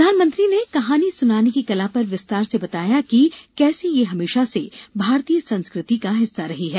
प्रधानमंत्री ने कहानी सुनाने की कला पर विस्ताार से बताया कि कैसे यह हमेशा से भारतीय संस्कृति का हिस्सा रही है